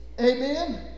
amen